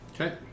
Okay